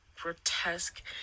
grotesque